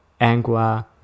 Angua